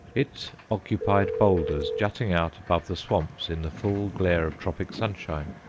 it occupied boulders jutting out above the swamps in the full glare of tropic sunshine.